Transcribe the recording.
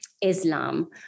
Islam